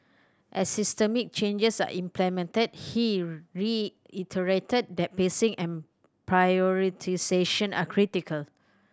as systemic changes are implemented he reiterated that pacing and prioritisation are critical